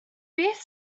beth